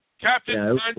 Captain